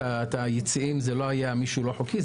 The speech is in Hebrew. זה לא היה מישהו לא חוקי,